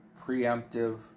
preemptive